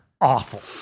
awful